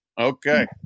Okay